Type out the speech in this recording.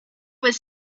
was